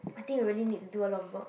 I think we really need to do a lot of work